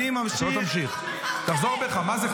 אנחנו לא עוצרים לך את הזמן, תחזור בך מהדברים.